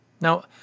Now